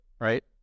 right